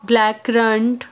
black current